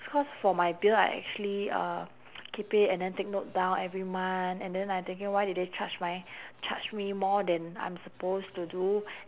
cause for my bill I actually uh keep it and then take note down every month and then I thinking why did they charge my charge me more than I am supposed to do